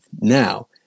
now